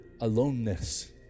aloneness